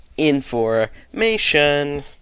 Information